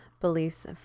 beliefs